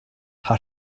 her